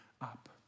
up